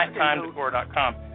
nighttimedecor.com